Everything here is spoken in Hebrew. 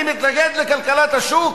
אני מתנגד לכלכלת השוק